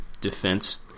defense